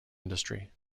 industry